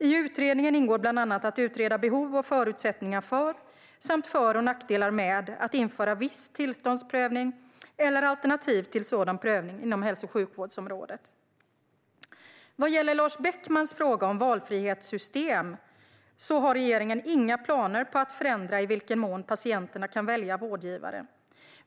I utredningen ingår bland annat att utreda behov av och förutsättningar för samt för och nackdelar med att införa viss tillståndsprövning eller alternativ till sådan prövning inom hälso och sjukvårdsområdet. Vad gäller Lars Beckmans fråga om valfrihetssystem har regeringen inga planer på att förändra i vilken mån patienterna kan välja vårdgivare.